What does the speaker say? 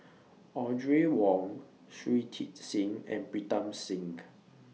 Audrey Wong Shui Tit Sing and Pritam Singh